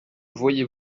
voyez